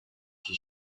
his